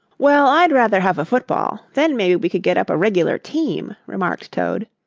well, i'd rather have a football then maybe we could get up a regular team, remarked toad.